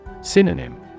Synonym